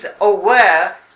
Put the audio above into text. aware